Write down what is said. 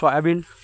soybean